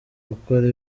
gukora